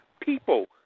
people